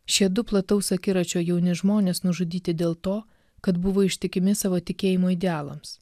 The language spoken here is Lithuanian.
šie du plataus akiračio jauni žmonės nužudyti dėl to kad buvo ištikimi savo tikėjimo idealams